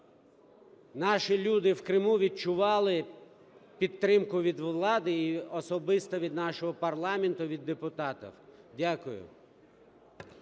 наші люди в Криму відчули підтримку від влади і особисто від нашого парламенту, від депутатів. Дякую.